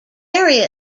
area